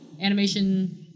Animation